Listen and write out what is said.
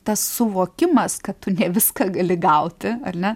tas suvokimas kad tu ne viską gali gauti ar ne